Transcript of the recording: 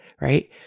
right